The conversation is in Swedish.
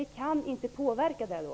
Vi kan nämligen inte påverka då.